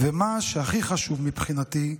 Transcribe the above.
ומה שהכי חשוב, מבחינתי,